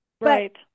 Right